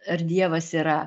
ar dievas yra